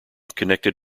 connected